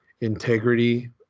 integrity